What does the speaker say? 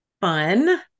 Fun